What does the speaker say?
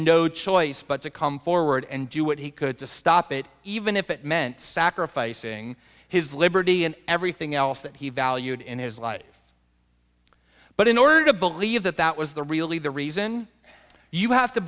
no choice but to come forward and do what he could to stop it even if it meant sacrificing his liberty and everything else that he valued in his life but in order to believe that that was the really the reason you have to